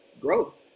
growth